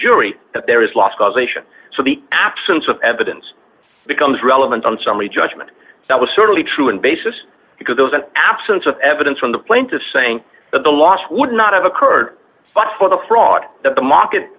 jury that there is loss causation so the absence of evidence becomes relevant on summary judgment that was certainly true in basis because there's an absence of evidence from the plaintiff saying that the loss would not have occurred but for the fraud that the market